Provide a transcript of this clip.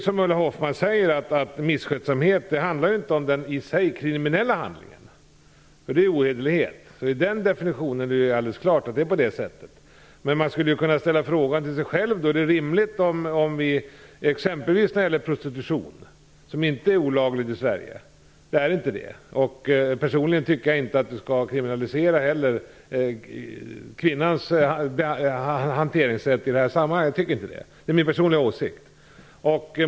Som Ulla Hoffmann säger handlar inte misskötsamhet om den i sig kriminella handlingen; det är ju ohederlighet. Den definitionen är ju alldeles klar. Men sedan har vi då exempelvis det här med prostitutionen. Prostitution är ju inte olagligt i Sverige, och personligen tycker jag inte heller att kvinnans handlingssätt i det här sammanhanget skall kriminaliseras - det är min personliga åsikt.